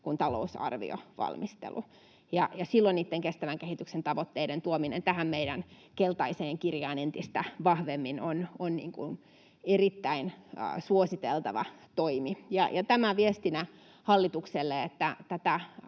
kuin talousarviovalmistelu. Silloin kestävän kehityksen tavoitteiden tuominen tähän meidän keltaiseen kirjaan entistä vahvemmin on erittäin suositeltava toimi. Ja tämä viestinä hallitukselle, että tätä